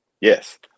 yes